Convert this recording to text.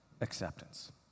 acceptance